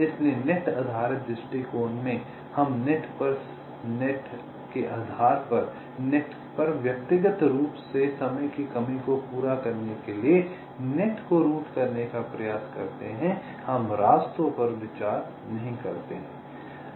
इसलिए नेट आधारित दृष्टिकोण में हम नेट पर नेट के आधार पर नेट पर व्यक्तिगत रूप से समय की कमी को पूरा करने के लिए नेट को रूट करने का प्रयास करते हैं हम रास्तों पर विचार नहीं करते हैं